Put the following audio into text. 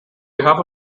behalf